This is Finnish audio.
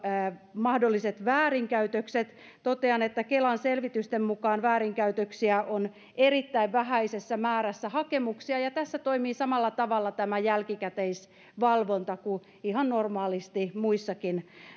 mahdolliset väärinkäytökset totean että kelan selvitysten mukaan väärinkäytöksiä on erittäin vähäisessä määrässä hakemuksia ja tässä toimii samalla tavalla tämä jälkikäteisvalvonta kuin ihan normaalisti muissakin